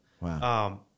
Wow